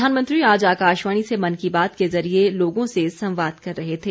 प्रधानमंत्री आज आकाशवाणी से मन की बात के जरिए लोगों से संवाद कर रहे थे